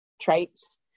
traits